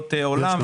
אליפויות עולם גם